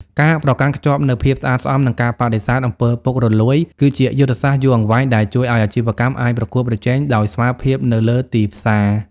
ការប្រកាន់ខ្ជាប់នូវភាពស្អាតស្អំ និងការបដិសេធ អំពើពុករលួយ គឺជាយុទ្ធសាស្ត្រយូរអង្វែងដែលជួយឱ្យអាជីវកម្មអាចប្រកួតប្រជែងដោយស្មើភាពនៅលើទីផ្សារ។